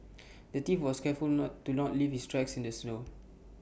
the thief was careful not to not leave his tracks in the snow